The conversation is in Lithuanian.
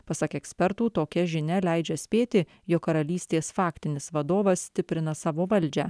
pasak ekspertų tokia žinia leidžia spėti jog karalystės faktinis vadovas stiprina savo valdžią